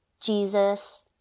Jesus